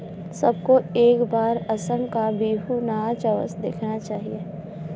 सबको एक बार असम का बिहू नाच अवश्य देखना चाहिए